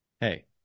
hey